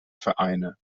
vereine